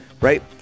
right